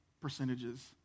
percentages